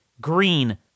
green